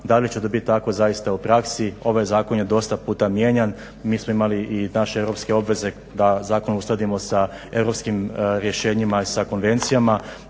da li će to biti tako zaista u praksi? Ovaj zakon je dosta puta mijenjan, mi smo imali i naše europske obveze da zakon uskladimo sa europskim rješenjima i konvencijama.